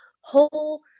whole